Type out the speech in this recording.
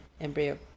embryo